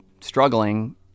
struggling